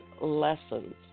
lessons